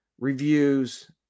reviews